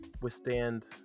withstand